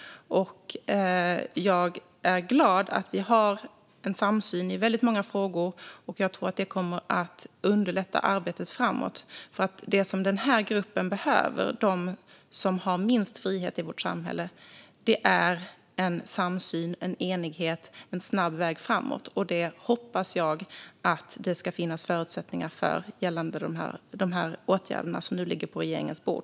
Jag är glad över att vi har en samsyn i väldigt många frågor, och jag tror att det kommer att underlätta arbetet framåt, för det som den här gruppen behöver - de människor som har minst frihet i vårt samhälle - är samsyn, enighet och en snabb väg framåt. Det hoppas jag att det ska finnas förutsättningar för gällande åtgärderna som nu ligger på regeringens bord.